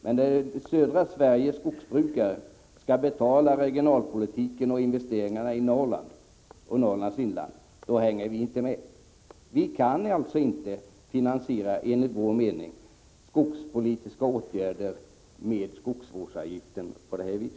Men om södra Sveriges skogsbrukare skall betala regionalpolitiken och investeringar i Norrlands inland vill vi inte vara med. Vi kan alltså inte enligt vår mening finansiera skogspolitiska åtgärder med skogsvårdsavgiften på det här viset.